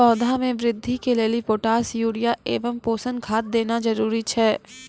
पौधा मे बृद्धि के लेली पोटास यूरिया एवं पोषण खाद देना जरूरी छै?